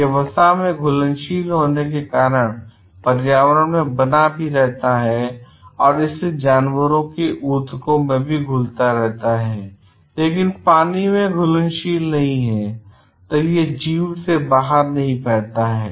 यह वसा में घुलनशील होने के कारण पर्यावरण में भी बना रहता है और इसलिए जानवरों के ऊतकों में घुलता है लेकिन पानी में घुलनशील नहीं है ताकि यह जीव से बाहर नहीं बहता है